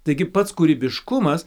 taigi pats kūrybiškumas